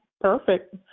perfect